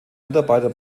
mitarbeiter